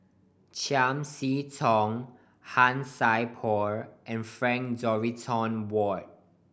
Chiam See Tong Han Sai Por and Frank Dorrington Ward